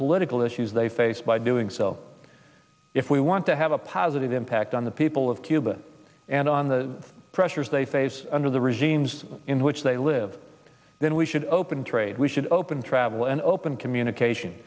political issues they face by doing so if we want to have a positive impact on the people of cuba and on the pressures they face under the regimes in which they live then we should open trade we should open travel and open communication